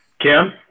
Kim